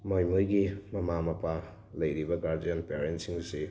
ꯃꯣꯏ ꯃꯣꯏꯒꯤ ꯃꯃꯥ ꯃꯄꯥ ꯂꯩꯔꯤꯕ ꯒꯥꯔꯖꯤꯌꯥꯟ ꯄꯦꯔꯦꯟꯁꯁꯤꯡ ꯑꯁꯤ